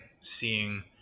seeing